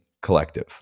collective